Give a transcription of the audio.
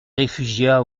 réfugia